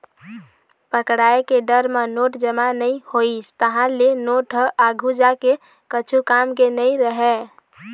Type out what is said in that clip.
पकड़ाय के डर म नोट जमा नइ होइस, तहाँ ले नोट ह आघु जाके कछु काम के नइ रहय